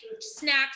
snacks